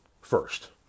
first